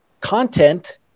content